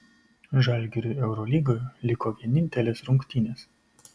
žalgiriui eurolygoje liko vienintelės rungtynės